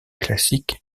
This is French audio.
classiques